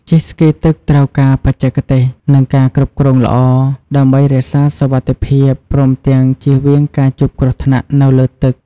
ជិះស្គីទឹកត្រូវការបច្ចេកទេស និងការគ្រប់គ្រងល្អ ដើម្បីរក្សាសុវត្ថិភាព ព្រមទាំងជៀសវាងការជួបគ្រោះថ្នាក់នៅលើទឹក។